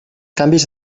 canvis